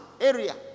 area